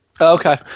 Okay